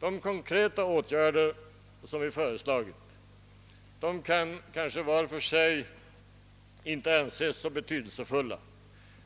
De konkreta åtgärder som från folkpartiets sida har föreslagits är måhända var för sig inte så betydelsefulla,